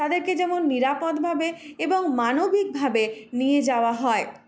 তাদেরকে যেন নিরাপদভাবে এবং মানবিকভাবে নিয়ে যাওয়া হয়